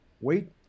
Wait